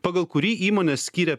pagal kurį įmonės skyrė